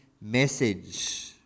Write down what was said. message